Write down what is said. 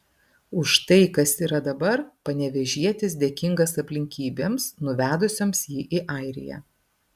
už tai kas yra dabar panevėžietis dėkingas aplinkybėms nuvedusioms jį į airiją